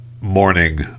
Morning